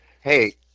Hey